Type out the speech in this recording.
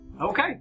Okay